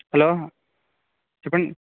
hello చెప్పండి